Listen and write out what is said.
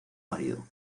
marido